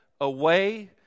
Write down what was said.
away